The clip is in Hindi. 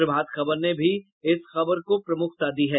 प्रभात खबर ने भी इस खबर को प्रमुखता दी है